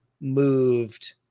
moved